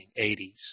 1980s